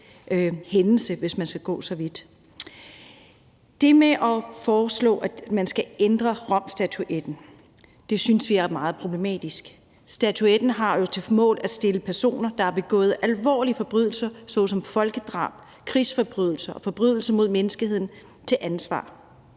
Det med at foreslå, at man skal ændre Romstatutten, synes vi er meget problematisk. Statutten har jo til formål at stille personer, der har begået alvorlige forbrydelser såsom folkedrab, krigsforbrydelser og forbrydelser mod menneskeheden til ansvar.